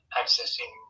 accessing